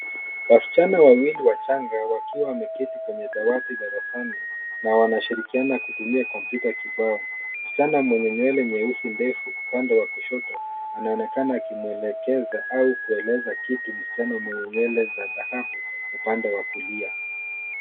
Wasichana wawili wachanga wakiwa wameketi kwenye dawati la darasani na wanashirikiana kutumia kompyuta kibao. Msichana mwenye nywele nyeusi ndefu upande wa kushoto anaonekana akimwelekeza au kueleza kitu msichana mwenye nywele za dhahabu upande wa kulia.